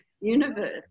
universe